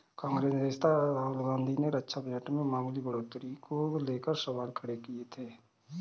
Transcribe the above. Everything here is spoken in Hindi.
कांग्रेस नेता राहुल गांधी ने रक्षा बजट में मामूली बढ़ोतरी को लेकर सवाल खड़े किए थे